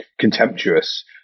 contemptuous